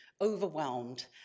overwhelmed